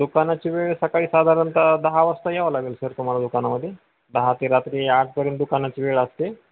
दुकानाची वेळ सकाळी साधारणतः दहा वाजता यावं लागेल सर तुम्हाला दुकानामध्ये दहा ते रात्री आठपर्यंत दुकानाची वेळ असते